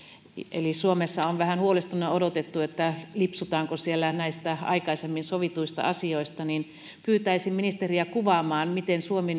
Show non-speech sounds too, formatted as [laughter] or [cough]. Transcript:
ja suomessa on vähän huolestuneena odotettu lipsutaanko siellä näistä aikaisemmin sovituista asioista pyytäisin ministeriä kuvaamaan miten suomi [unintelligible]